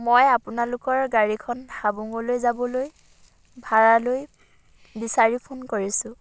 মই আপোনালোকৰ গাড়ীখন হাবুঙলৈ যাবলৈ ভাড়ালৈ বিচাৰি ফোন কৰিছোঁ